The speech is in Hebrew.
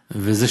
ותטופל.